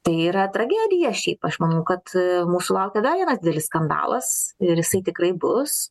tai yra tragedija šiaip aš manau kad mūsų laukia dar vienas didelis skandalas ir jisai tikrai bus